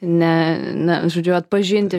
ne na žodžiu atpažinti